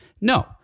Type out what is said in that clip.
No